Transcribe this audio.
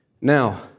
Now